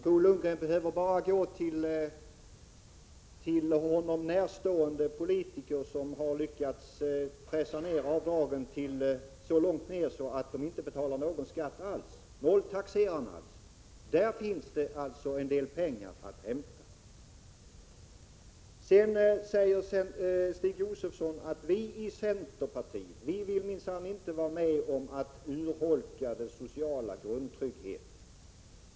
Bo Lundgren behöver bara gå till honom närstående politiker som har lyckats utnyttja avdragsrätten så mycket att de inte betalar någon skatt alls, dvs. nolltaxerarna. Där finns det en del pengar att hämta. Stig Josefson säger att centerpartiet minsann inte vill vara med om att urholka den sociala grundtryggheten.